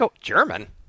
German